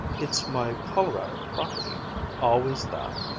it's my colorado property always that.